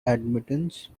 admittance